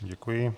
Děkuji.